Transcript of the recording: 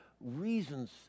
reasons